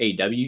AW